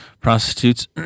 prostitutes